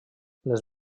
les